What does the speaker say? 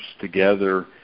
together